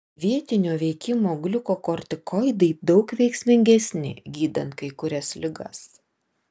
vietinio veikimo gliukokortikoidai daug veiksmingesni gydant kai kurias ligas